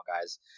guys